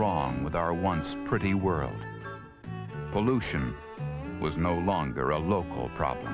wrong with our once pretty world pollution was no longer a local problem